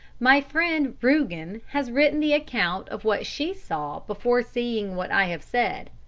my friend rugen has written the account of what she saw before seeing what i have said.